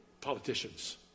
politicians